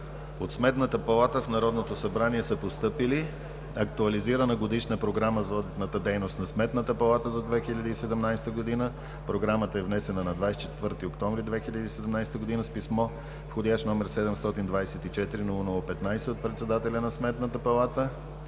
От Сметната палата в Народното събрание са постъпили: Актуализирана годишна програма за одитната дейност на Сметната палата за 2017 г. Програмата е внесена на 24 октомври 2017 г. с писмо, вх. № 724-00-15, от председателя на Сметната палата;